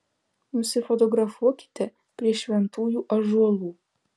nusifotografuokite prie šventųjų ąžuolų